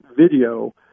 video